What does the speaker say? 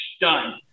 done